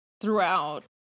throughout